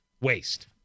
waste